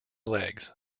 legs